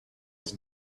was